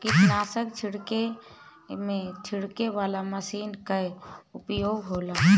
कीटनाशक छिड़के में छिड़के वाला मशीन कअ उपयोग होला